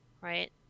right